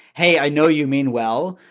hey, i know you mean well,